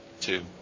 Two